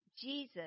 Jesus